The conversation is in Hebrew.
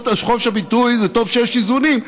טוב שיש איזונים.